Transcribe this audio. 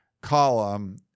column